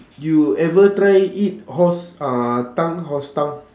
you ever try eat horse uh tongue horse tongue